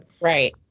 Right